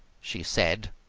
she said.